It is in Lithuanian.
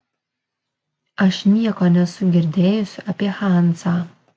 aš nieko nesu girdėjusi apie hanzą